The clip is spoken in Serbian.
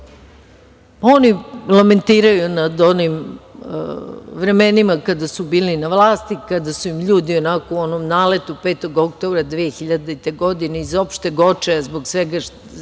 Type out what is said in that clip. oni lamentiraju nad onim vremenima kada su bili na vlasti, kada su im ljudi onako u onom naletu 5. oktobra 2000. godine, iz opšteg očaja zbog svega što